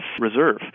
Reserve